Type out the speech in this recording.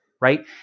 right